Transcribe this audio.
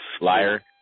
liar